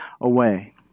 away